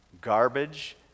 garbage